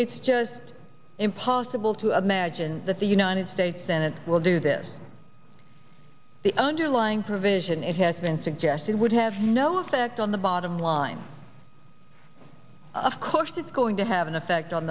it's just impossible to imagine that the united states senate will do this the underlying provision it has been suggested would have no effect on the bottom line of course it's going to have an effect on